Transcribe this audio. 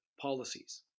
policies